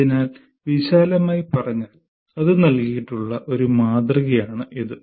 അതിനാൽ വിശാലമായി പറഞ്ഞാൽ അത് നൽകിയിട്ടുള്ള ഒരു മാതൃകയാണ് ഇത്